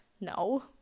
no